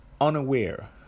unaware